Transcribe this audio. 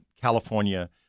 California